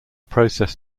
process